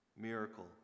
miracle